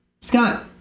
Scott